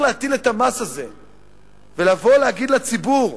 להטיל את המס הזה ולבוא ומצד אחד להגיד לציבור: